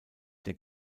der